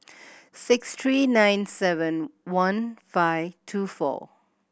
six three nine seven one five two four